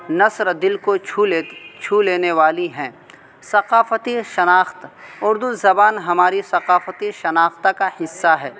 نثر دل کو چھو چھو لینے والی ہیں ثقافتی شناخت اردو زبان ہماری ثقافتی شناخت کا حصہ ہے